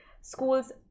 schools